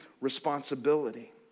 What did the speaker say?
responsibility